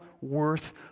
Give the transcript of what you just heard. worth